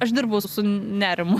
aš dirbau su nerimu